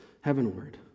heavenward